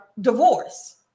divorce